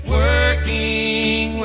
working